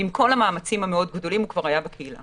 ועם כל המאמצים המאוד גדולים, הוא כבר היה בקהילה.